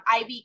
IV